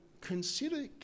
consider